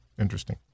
Interesting